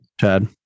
chad